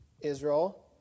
Israel